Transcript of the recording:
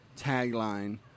tagline